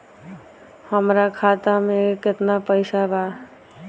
हमरा खाता मे केतना पैसा बा?